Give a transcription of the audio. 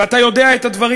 ואתה יודע את הדברים.